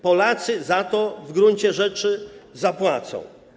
Polacy za to w gruncie rzeczy zapłacą.